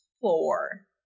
four